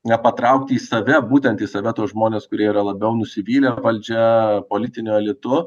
nepatraukti į save būtent į save tuos žmones kurie yra labiau nusivylę valdžia politiniu elitu